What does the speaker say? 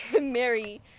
Mary